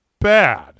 bad